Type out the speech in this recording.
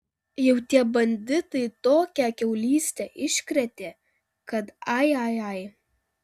jau tie banditai tokią kiaulystę iškrėtė kad ai ai ai